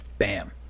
Bam